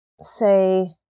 say